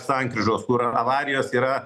sankryžos kur avarijos yra